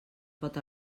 pot